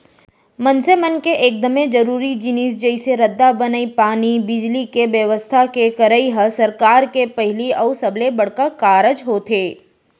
मनसे मन के एकदमे जरूरी जिनिस जइसे रद्दा बनई, पानी, बिजली, के बेवस्था के करई ह सरकार के पहिली अउ सबले बड़का कारज होथे